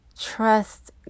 Trust